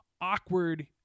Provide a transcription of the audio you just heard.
awkward